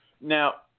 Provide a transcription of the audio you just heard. Now